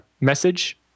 message